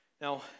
Now